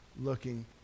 looking